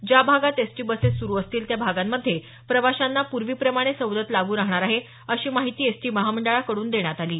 ज्या भागात ST buses सुरू असतील त्या भागांमध्ये प्रवाशांना पूर्वीप्रमाणे सवलत लागू राहणार आहेत अशी माहिती एसटी महामंडळाकडून देण्यात आली आहे